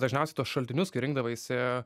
dažniausiai tuos šaltinius kai rinkdavaisi